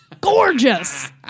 gorgeous